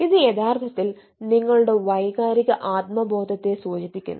ഇത് യഥാർത്ഥത്തിൽ നിങ്ങളുടെ വൈകാരിക ആത്മബോധത്തെ സൂചിപ്പിക്കുന്നു